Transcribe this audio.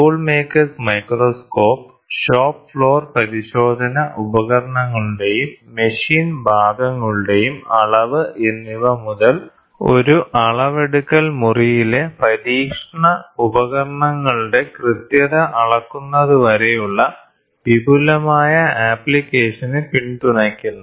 tool maker's microscope Tool Maker's Microscope shop floor പരിശോധന ഉപകരണങ്ങളുടെയും machine ഭാഗങ്ങളുടെയും അളവ് എന്നിവ മുതൽ ഒരു അളവെടുക്കൽ മുറിയിലെ പരീക്ഷണ ഉപകരണങ്ങളുടെ കൃത്യത അളക്കുന്നതുവരെയുള്ള വിപുലമായ ആപ്ലിക്കേഷനെ പിന്തുണയ്ക്കുന്നു